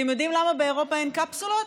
אתם יודעים למה באירופה אין קפסולות?